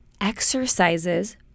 exercises